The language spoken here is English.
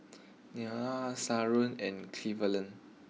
Lelar Sharron and Cleveland